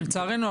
לצערנו,